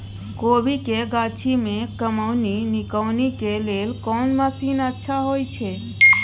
कोबी के गाछी में कमोनी निकौनी के लेल कोन मसीन अच्छा होय छै?